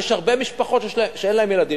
יש הרבה משפחות שאין להם ילדים,